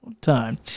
time